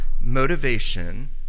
motivation